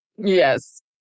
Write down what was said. Yes